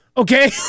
Okay